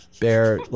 Bear